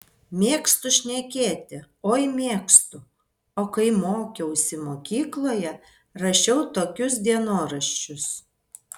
mėgstu šnekėti oi mėgstu o kai mokiausi mokykloje rašiau tokius dienoraščius